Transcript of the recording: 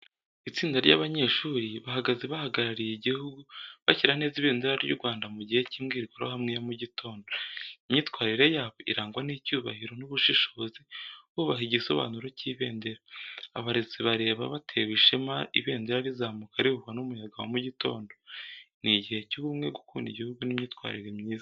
Itsinda ry’abanyeshuri, bahagaze bahagarariye igihugu, bashyira neza ibendera ry’u Rwanda mu gihe cy’imbwirwaruhame yo mu gitondo. Imyitwarire yabo irangwa n’icyubahiro n’ubushishozi, bubaha igisobanuro cy’ibendera. Abarezi bareba batewe ishema, ibendera rizamuka rihuhwa n’umuyaga wo mu gitondo. Ni igihe cy’ubumwe, gukunda igihugu n’imyitwarire myiza.